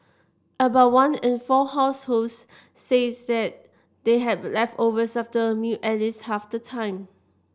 about one in four households say said they had leftovers after a meal at least half the time